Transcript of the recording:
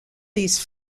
these